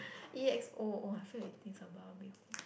E_X_O oh I feel like eating Sabah meal